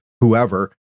whoever